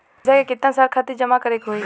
पैसा के कितना साल खातिर जमा करे के होइ?